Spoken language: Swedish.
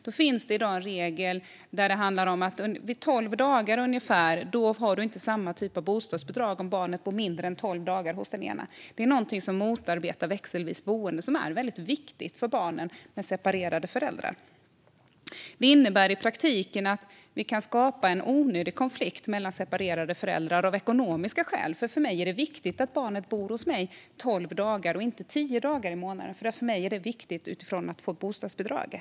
Det finns i dag en regel som handlar om att det inte är samma typ av bostadsbidrag om barnet bor mindre än tolv dagar hos den ena. Det är något som motarbetar växelvis boende som är väldigt viktigt för barn med separerade föräldrar. Det innebär i praktiken att vi kan skapa en onödig konflikt mellan separerade föräldrar av ekonomiska skäl. Det kan vara viktigt att ha barnet boende hos sig i tolv och inte tio dagar i månaden, eftersom det är viktigt utifrån att få bostadsbidraget.